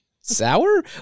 sour